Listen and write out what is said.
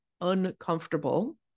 uncomfortable